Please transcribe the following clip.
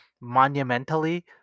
monumentally